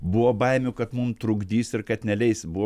buvo baimių kad mum trukdys ir kad neleis buvo